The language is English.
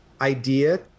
idea